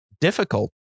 difficult